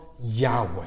Yahweh